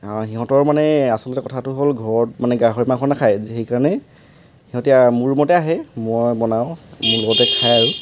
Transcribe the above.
সিহঁতৰ মানে আচলতে কথাটো হ'ল ঘৰত মানে গাহৰি মাংস নাখায় যে সেইকাৰণে সিহঁতে আৰু মোৰ ৰুমতে আহে মই বনাওঁ মোৰ লগতে খায় আৰু